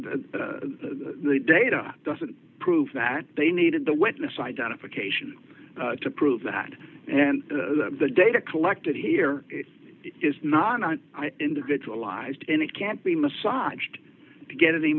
but the data doesn't prove that they needed the witness identification to prove that and the data collected here is not individualized in it can't be massaged to get any